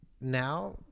now